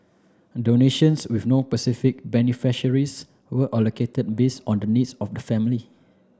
donations with no specific beneficiaries were allocated based on the needs of the family